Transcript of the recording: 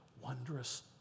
wondrous